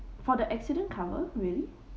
for the accident cover really